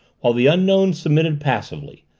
while the unknown submitted passively,